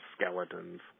skeletons